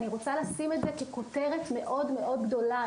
אני רוצה לשים את זה ככותרת מאוד מאוד גדולה,